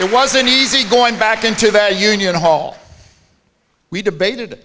it wasn't easy going back into the union hall we debated